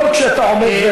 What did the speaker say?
לא רק כשאתה עומד,